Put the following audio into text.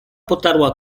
potarła